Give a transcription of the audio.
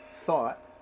thought